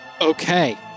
Okay